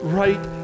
right